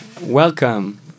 welcome